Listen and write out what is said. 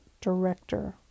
director